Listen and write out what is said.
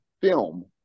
film